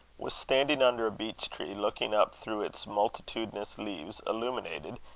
was standing under a beech-tree, looking up through its multitudinous leaves, illuminated,